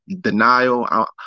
Denial